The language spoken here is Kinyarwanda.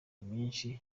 myinshi